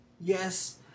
Yes